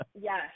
Yes